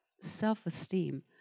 self-esteem